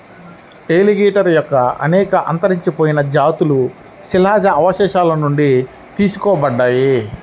alligator యొక్క అనేక అంతరించిపోయిన జాతులు శిలాజ అవశేషాల నుండి తెలుసుకోబడ్డాయి